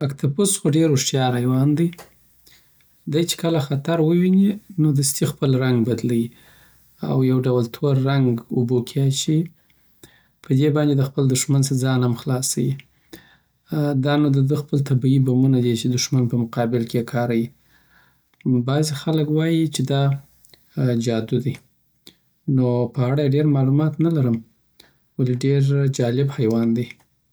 اکټوپوس خو ډېر هوښیار حیوان دی دی چي کله خطر وویني، نو دستي خپل رنګ بدله یی، او یو ډول توره رنګ اوبوکی اچوی په دی باندی د خپل دښمن سه ځان ام خلاصه یی دا نو د ده خپل طبعی بمونه دي، چي د دښمن په مقابل کی یی کاره یی. بعضي خلک وایی چی دا جادو دی نو په اړه یی ډیر معلومات نلرم خو دیر جالب حیوان دی